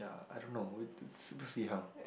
ya I don't know we we'll see how